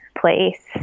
place